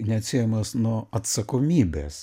neatsiejamas nuo atsakomybės